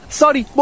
sorry